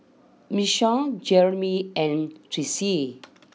Miesha Jeramy and Tressie